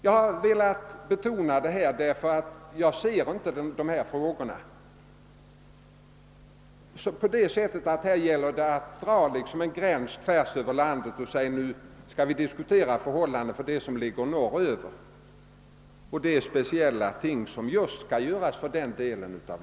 Jag har velat betona detta, eftersom jag inte ser dessa frågor på det sättet, att det här gäller att dra en gräns tvärsöver landet och säga, att vi bör som ett problem diskutera förhållandena och de åtgärder som bör vidtas i området norr om denna gräns.